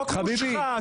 חוק מושחת,